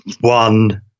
one